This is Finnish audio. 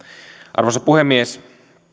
arvoisa puhemies